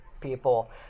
people